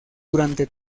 durante